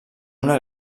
una